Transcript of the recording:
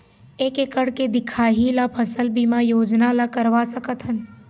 एक एकड़ के दिखाही ला फसल बीमा योजना ला करवा सकथन?